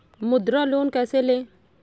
मुद्रा लोन कैसे ले?